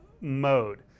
mode